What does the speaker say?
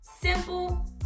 Simple